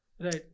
right